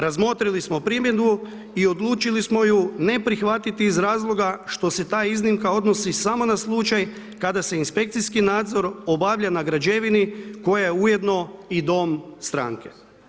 Razmotrili smo primjedbu i odlučili smo ju neprihvatiti iz razloga što se ta iznimka odnosi samo na slučaj kada se inspekcijski nadzor obavlja na građevini koja je ujedno i dom stranke.